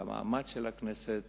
למעמד של הכנסת